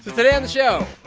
the and show,